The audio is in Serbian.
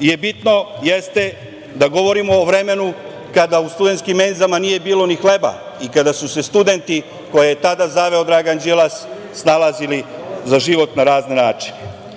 je bitno, jeste da govorimo o vremenu kada u studentskim menzama nije bilo ni hleba i kada su se studenti koje je tada zaveo Dragan Đilas snalazili za život na razne načine. Najveći